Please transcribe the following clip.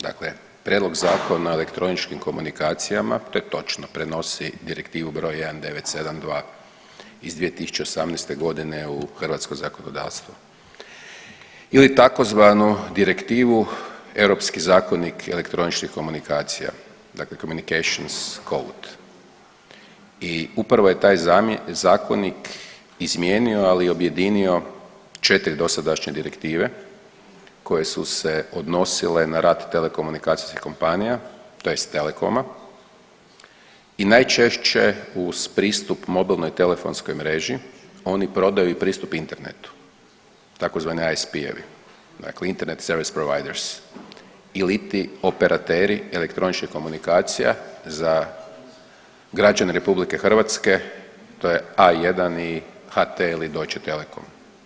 Dakle, prijedlog Zakona o elektroničkim komunikacijama, to je točno, prenosi Direktivu br. 1972 iz 2018. u hrvatsko zakonodavstvo ili tzv. Direktivu europski zakonik elektroničkih komunikacija, dakle Communications code i upravo je taj Zakonik izmijenio, ali i objedinio 4 dosadašnje direktive koje su se odnosile na rad telekomunikacijskih kompanija tj. telekoma i najčešće uz pristup mobilnoj telefonskoj mreži oni prodaju i pristup internetu, tzv. ISP-evi, dakle Internet servise providers iliti operateri elektroničkih komunikacija za građane RH, to je A1 i HT ili Deutsche telekom.